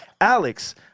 Alex